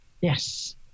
yes